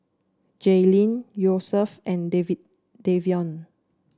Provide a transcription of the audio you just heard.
Jaelyn Yosef and David Davion